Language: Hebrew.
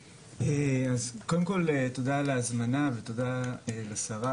קודם כל תודה על ההזמנה ותודה לשרה